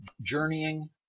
Journeying